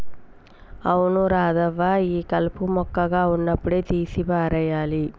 అవును రాధవ్వ ఈ కలుపు మొక్కగా ఉన్నప్పుడే తీసి పారేయాలి